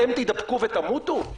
אתם תידבקו ותמותו?